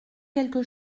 quelque